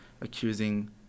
accusing